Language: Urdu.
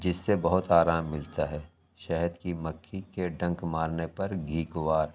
جس سے بہت آرام ملتا ہے شہد کی مکھی کے ڈنک مارنے پر گھیکوار